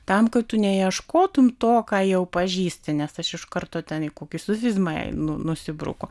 tam kad tu neieškotum to ką jau pažįsti nes aš iš karto ten į kokius sufizmą einu nusibruku